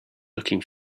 looking